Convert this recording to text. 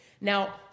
Now